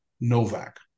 Novak